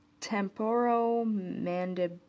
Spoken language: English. temporomandibular